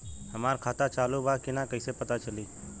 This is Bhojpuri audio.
हमार खाता चालू बा कि ना कैसे पता चली?